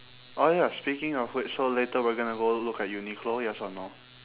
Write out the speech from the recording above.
oh ya speaking of which so later we're gonna go look at uniqlo yes or no